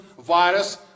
virus